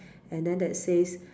and then that says